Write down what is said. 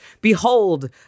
behold